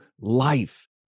life